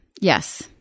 Yes